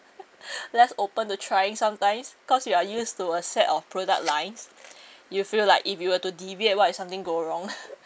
less open to trying sometimes cause we are used to a set of product lines you feel like if you were to deviate what if something go wrong